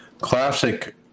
classic